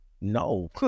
no